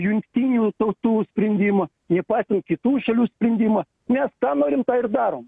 jungtinių tautų sprendimo nepaisant kitų šalių sprendimą mes tą norim tą ir darom